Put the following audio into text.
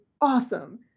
awesome